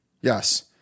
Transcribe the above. Yes